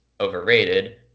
overrated